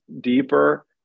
Deeper